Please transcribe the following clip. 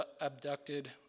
abducted